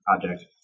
project